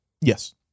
Yes